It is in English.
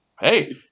hey